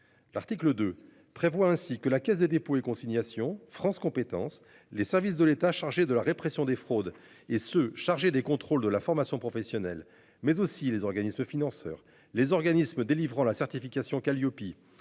L'article 2 prévoit ainsi que la Caisse des dépôts et consignations, France compétences, les services de l'État chargés de la répression des fraudes et ceux chargés des contrôles de la formation professionnelle mais aussi les organismes financeurs. Les organismes délivrant la certification Kaliopie